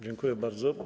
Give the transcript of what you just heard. Dziękuję bardzo.